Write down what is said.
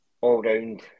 all-round